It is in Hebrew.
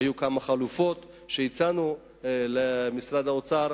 היו כמה חלופות שהצענו למשרד האוצר,